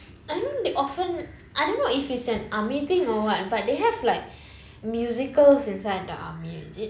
I know they often I don't know if it's an army thing or what but they have like musicals inside the army is it